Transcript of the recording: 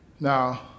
Now